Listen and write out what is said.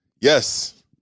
Yes